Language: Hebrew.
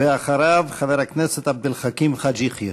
ואחריו, חבר הכנסת עבד אל חכים חאג' יחיא.